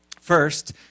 First